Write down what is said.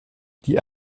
die